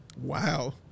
Wow